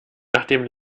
nachdem